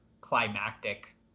climactic